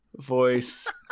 voice